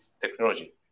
technology